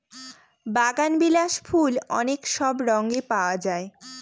বাগানবিলাস ফুল অনেক সব রঙে পাওয়া যায়